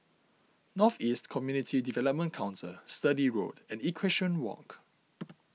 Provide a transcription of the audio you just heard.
North East Community Development Council Sturdee Road and Equestrian Walk